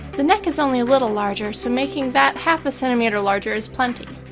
the neck is only a little larger, so making that half a centimeter larger is plenty.